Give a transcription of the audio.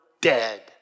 dead